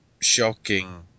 shocking